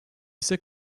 ise